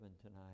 tonight